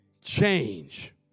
change